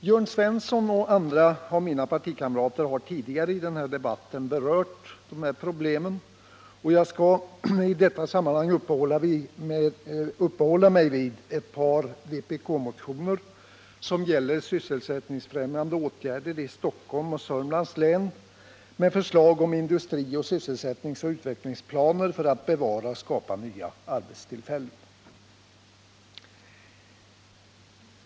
Jörn Svensson och andra av mina partikamrater har tidigare i denna debatt berört dessa problem, och jag skall i detta sammanhang uppehålla mig vid ett par vpk-motioner som gäller sysselsättningsfrämjande åtgärder i Stockholms och Södermanlands län och som innehåller förslag om industri-, sysselsättningsoch utvecklingsplaner för att bevara befintlig sysselsättning och skapa nya arbetstillfällen.